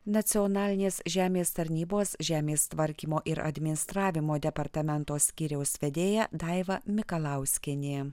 nacionalinės žemės tarnybos žemės tvarkymo ir administravimo departamento skyriaus vedėja daiva mikalauskienė